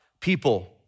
people